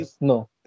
No